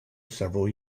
several